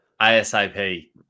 ASAP